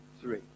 three